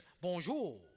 Bonjour